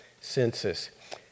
census